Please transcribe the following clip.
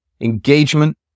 Engagement